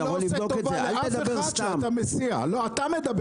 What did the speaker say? ואני יושב